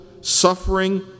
suffering